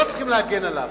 לא צריכים להגן עליו.